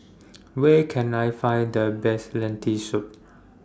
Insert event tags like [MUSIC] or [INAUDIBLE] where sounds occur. [NOISE] Where Can I Find The Best Lentil Soup